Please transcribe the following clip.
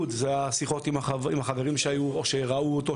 שיחות עם החברים שהיו או שראו אותו,